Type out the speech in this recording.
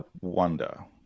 wonder